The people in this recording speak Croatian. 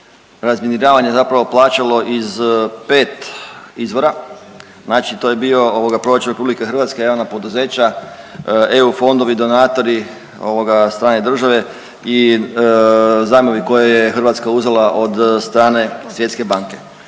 razminiravanje zapravo plaćalo iz pet izvora, znači to je bio proračun Republike Hrvatske, javna poduzeća, EU fondovi, donatori, strane države i zajmovi koje je Hrvatska uzela od strane Svjetske banke.